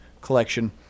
collection